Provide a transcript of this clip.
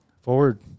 forward